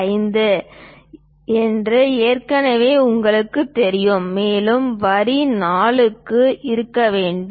5 என்று ஏற்கனவே எங்களுக்குத் தெரியும் மேலும் வரி 4 க்குள் இருக்க வேண்டும்